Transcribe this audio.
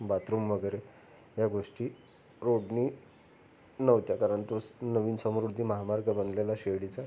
bathroom वगैरे या गोष्टी रोडनी नव्हत्या कारण तोच नवीन समृद्धी महामार्ग बनलेला शिर्डीचा